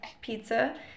pizza